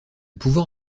pouvant